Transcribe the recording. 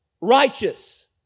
Righteous